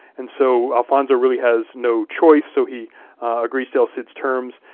and so alfonso really has no choice, so he agrees to el cid's terms,